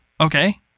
okay